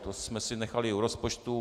To jsme si nechali u rozpočtu.